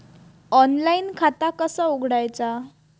Online खाता कसा उघडायचा?